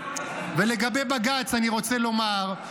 ולגבי בג"ץ אני רוצה לומר,